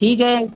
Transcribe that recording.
ठीक आहे